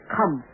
Come